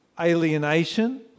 alienation